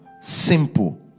Simple